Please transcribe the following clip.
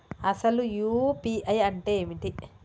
అసలు యూ.పీ.ఐ అంటే ఏమిటి?